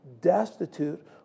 destitute